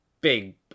big